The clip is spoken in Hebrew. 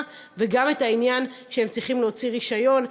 וגם את העניין שהם צריכים להוציא רישיון.